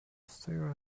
stare